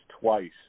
twice